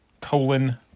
colon